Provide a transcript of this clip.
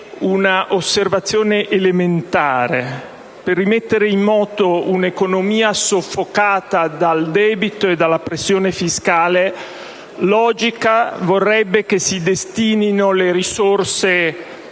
un'osservazione elementare: per rimettere in moto un'economia soffocata dal debito e dalla pressione fiscale logica vorrebbe che si destinassero le risorse